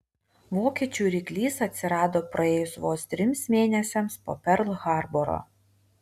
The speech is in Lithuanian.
vokiečių ryklys atsirado praėjus vos trims mėnesiams po perl harboro